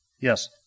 Yes